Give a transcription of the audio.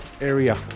area